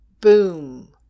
boom